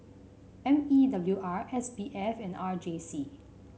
M E W R S B F and R J C